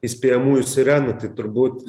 įspėjamųjų sirenų tai turbūt